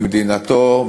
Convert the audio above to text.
במדינתו,